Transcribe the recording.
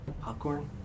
Popcorn